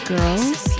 Girls